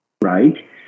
right